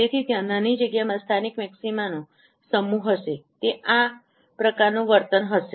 તેથી ત્યાં નાની જગ્યામાં સ્થાનિક મેક્સિમાનું સમૂહક્લસ્ટર હશે તે આ પ્રકારનું વર્તન હશે